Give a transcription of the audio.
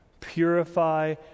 purify